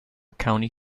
county